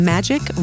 Magic